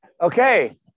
Okay